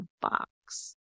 box